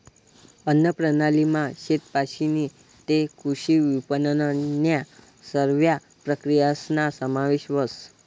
अन्नप्रणालीमा शेतपाशीन तै कृषी विपनननन्या सरव्या प्रक्रियासना समावेश व्हस